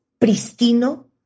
pristino